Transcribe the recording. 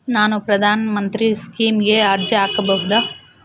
ನಾನು ಪ್ರಧಾನ ಮಂತ್ರಿ ಸ್ಕೇಮಿಗೆ ಅರ್ಜಿ ಹಾಕಬಹುದಾ?